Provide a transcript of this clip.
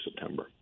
September